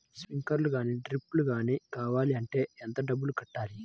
Sprinkler కానీ డ్రిప్లు కాని కావాలి అంటే ఎంత డబ్బులు కట్టాలి?